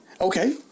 Okay